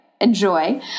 enjoy